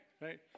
right